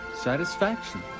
satisfaction